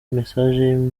message